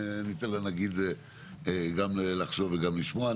ניתן לנגיד גם לחשוב וגם לשמוע.